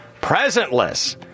presentless